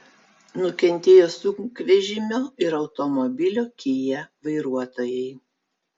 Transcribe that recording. nukentėjo sunkvežimio ir automobilio kia vairuotojai